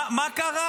מה, מה קרה?